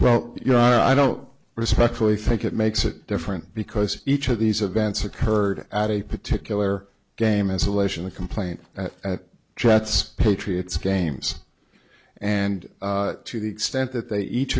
well you know our i don't respectfully think it makes it different because each of these events occurred at a particular game a selection of complaint jets patriots games and to the extent that they each